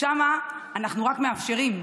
שם אנחנו רק מאפשרים,